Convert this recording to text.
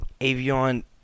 Avion